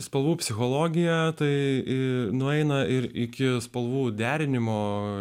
spalvų psichologija tai nueina ir iki spalvų derinimo